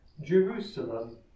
Jerusalem